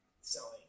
selling